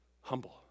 humble